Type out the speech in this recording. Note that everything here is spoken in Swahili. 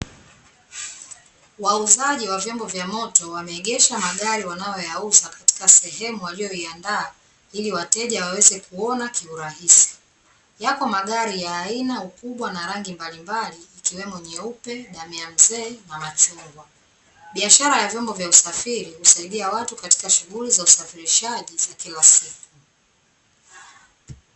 Wauzaji wa vyombo vya moto wameegesha magari wanayoyauza katika sehemu waliyoiandaa, ili wateja waweze kuona kirahisi. Yako magari ya aina, ukubwa, na rangi mbalimbali, ikiwemo: nyeupe, damu ya mzee, na machungwa. Biashara ya vyombo vya usafiri husaidia watu katika shughuli za usafirishaji za kila siku.